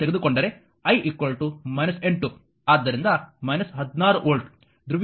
ಆದ್ದರಿಂದ 16 ವೋಲ್ಟ್ ಧ್ರುವೀಯತೆಯು ಹಿಮ್ಮುಖವಾಗಿರುತ್ತದೆ